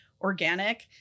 organic